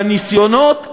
והניסיונות לפגוע,